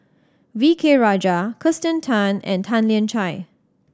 V K Rajah Kirsten Tan and Tan Lian Chye